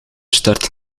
start